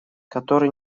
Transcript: который